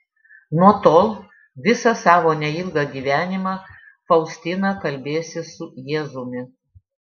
nuo tol visą savo neilgą gyvenimą faustina kalbėsis su jėzumi